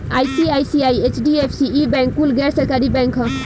ICICI, HDFC, ई bank कुल गैर सरकारी बैंक ह